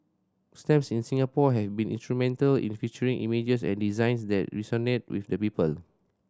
stamps in Singapore have been instrumental in featuring images and designs that resonate with the people